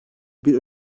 bir